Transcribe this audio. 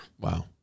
wow